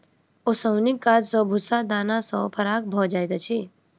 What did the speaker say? ओसौनीक काज सॅ भूस्सा दाना सॅ फराक भ जाइत अछि